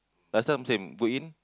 last time same go in